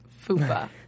FUPA